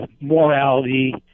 morality